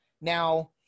Now